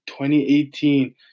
2018